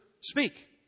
speak